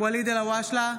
ואליד אלהואשלה,